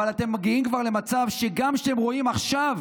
אבל אתם מגיעים כבר למצב שגם כשאתם רואים עכשיו